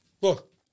look